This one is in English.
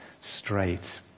straight